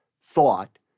thought